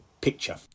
picture